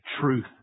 truth